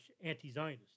anti-Zionist